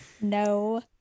No